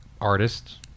artists